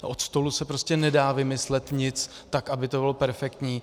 Od stolu se prostě nedá vymyslet nic tak, aby to bylo perfektní.